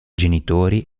genitori